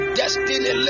destiny